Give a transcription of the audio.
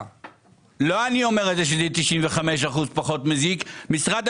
לא אני אומר שב-95 אחוזים זה פחות מזיק מאשר סיגריות